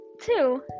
Two